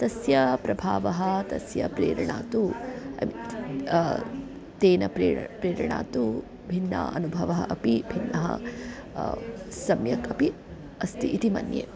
तस्य प्रभावः तस्य प्रेरणा तु तेन प्रेर प्रेरणा तु भिन्नः अनुभवः अपि भिन्नः सम्यक् अपि अस्ति इति मन्ये